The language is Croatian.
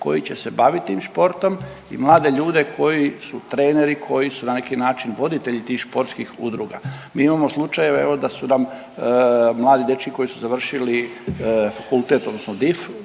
koji će se baviti tim športom i mlade ljude koji su treneri, koji su na neki način voditelji tih športskih udrugama. Mi imamo slučajeve, evo da su nam mladi dečki koji su završili fakultet, odnosno DIF